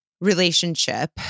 Relationship